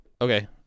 Okay